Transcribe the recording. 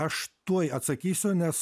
aš tuoj atsakysiu nes